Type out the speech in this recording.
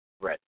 red